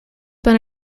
been